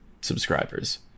subscribers